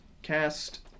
Cast